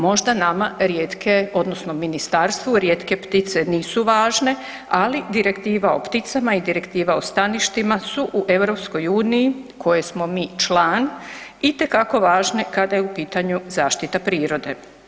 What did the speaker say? Možda nama rijetke odnosno ministarstvu rijetke ptice nisu važne, ali Direktiva o pticama i Direktiva o staništima su u EU koje smo mi član, itekako važne kada je u pitanju zaštita prirode.